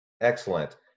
Excellent